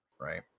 Right